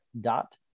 dot